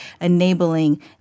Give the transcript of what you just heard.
enabling